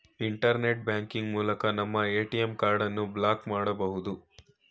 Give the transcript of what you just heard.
internet banking ಮೂಲಕ ನಮ್ಮ ATM ಕಾರ್ಡನ್ನು ಬ್ಲಾಕ್ ಮಾಡಬೊದು